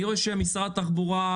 אני רואה שמשרד התחבורה,